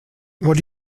what